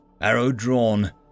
arrow-drawn